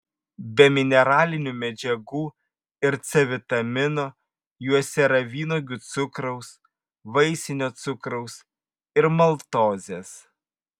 be mineralinių medžiagų ir c vitamino juose yra vynuogių cukraus vaisinio cukraus ir maltozės